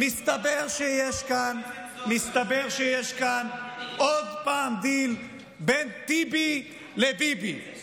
מסתבר שיש כאן דיל בין טיבי לביבי עוד פעם.